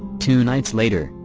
two nights later,